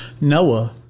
Noah